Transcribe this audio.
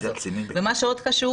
מה שעוד חשוב